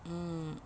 mm